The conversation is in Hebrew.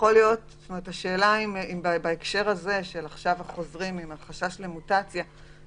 השאלה אם בהקשר של החשש למוטציה בקרב החוזרים